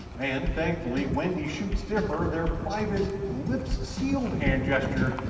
and thankfully wendy shoots dipper their private lips sealed hand gesture,